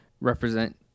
represent